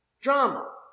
Drama